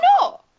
no